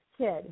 kid